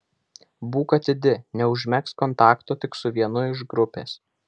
būk atidi neužmegzk kontakto tik su vienu iš grupės